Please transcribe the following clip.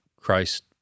Christ